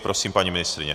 Prosím, paní ministryně.